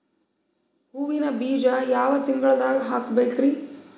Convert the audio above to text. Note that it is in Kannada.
ಹೂವಿನ ಬೀಜ ಯಾವ ತಿಂಗಳ್ದಾಗ್ ಹಾಕ್ಬೇಕರಿ?